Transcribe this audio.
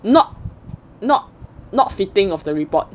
not not not fitting of the report